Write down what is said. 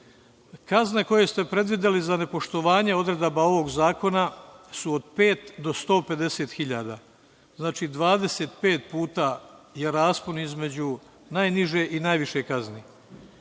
koje ste predvideli za nepoštovanje odredbi ovog zakona su od pet do 150 hiljada. Znači, 25 puta je raspon između najniže i najviše kazne.